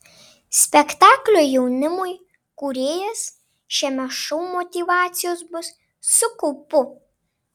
spektaklio jaunimui kūrėjas šiame šou motyvacijos bus su kaupu